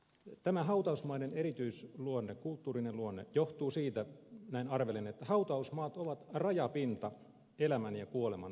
tämä hautausmaiden erityisluonne kulttuurinen luonne johtuu siitä näin arvelen että hautausmaat ovat rajapinta elämän ja kuoleman välillä